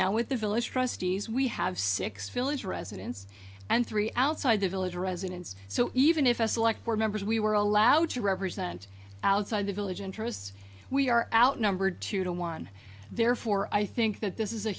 now with the village trustees we have six village residents and three outside the village residence so even if a select where members we were allowed to represent outside the village interests we are outnumbered two to one therefore i think that this is a